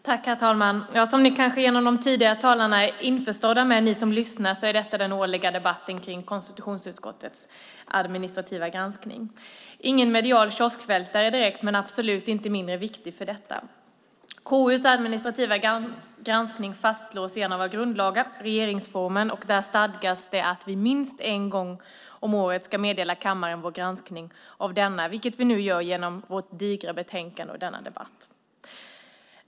Herr talman! Som ni som lyssnar kanske är införstådda med genom de tidigare talarna är detta den årliga debatten om konstitutionsutskottets administrativa granskning. Det är ingen medial kioskvältare direkt men absolut inte mindre viktig för det. KU:s administrativa granskning fastslås i en av våra grundlagar, regeringsformen, och där stadgas att vi minst en gång om året ska meddela kammaren vår granskning av denna, vilket vi nu gör genom vårt digra betänkande och denna debatt.